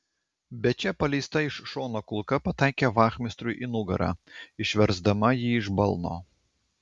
bet čia paleista iš šono kulka pataikė vachmistrui į nugarą išversdama jį iš balno